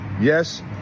yes